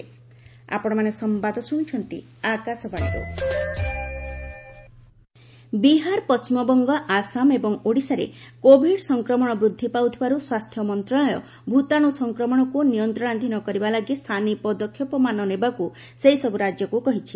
health ministry states Bihar Paschimbanga Assam ଏବଂ ଓଡ଼ିଶାରେ covid ସଂକ୍ରମଣ ବୃଦ୍ଧି ପାଉଥିବାରୁ ସ୍ୱାସ୍ଥ୍ୟ ମନ୍ତ୍ରଣାଳୟ ଭୂତାଣୁ ସଂକ୍ରମଣକୁ ନିୟନ୍ତ୍ରଣାଧୀନ କରିବା ଲାଗି ସାନି ପଦକ୍ଷେପମାନ ନେବାକୁ ସେହିସବୁ ରାଜ୍ୟକୁ କହିଛି